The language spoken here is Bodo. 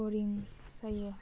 बरिं जायो